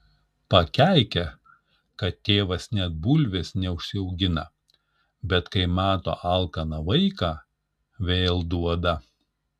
pakeikia kad tėvas net bulvės neužsiaugina bet kai mato alkaną vaiką vėl duoda